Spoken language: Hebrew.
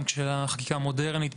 גם של החקיקה המודרנית.